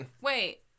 Wait